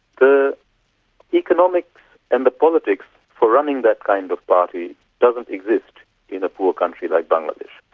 the economics and the politics for running that kind of party doesn't exist in a poor country like bangladesh.